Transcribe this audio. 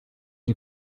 you